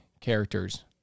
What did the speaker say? characters